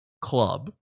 club